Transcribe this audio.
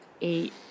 Eight